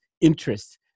interest